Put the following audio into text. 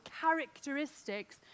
characteristics